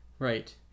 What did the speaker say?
Right